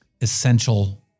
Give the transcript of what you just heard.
essential